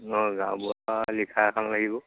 অঁ গাঁওবুঢ়াৰ লিখা এখন লাগিব